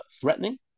threatening